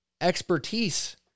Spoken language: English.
expertise